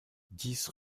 dix